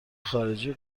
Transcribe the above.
خارجی